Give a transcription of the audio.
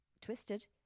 twisted